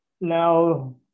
now